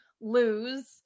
lose